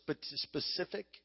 specific